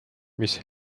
mis